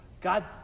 God